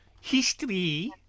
History